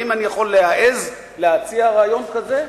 האם אני יכול להעז להציע רעיון כזה?